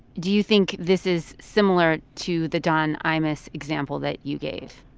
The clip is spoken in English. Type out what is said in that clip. do you think this is similar to the don imus example that you gave?